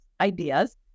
ideas